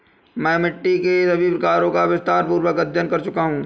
मैं मिट्टी के सभी प्रकारों का विस्तारपूर्वक अध्ययन कर चुका हूं